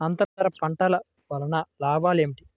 అంతర పంటల వలన లాభాలు ఏమిటి?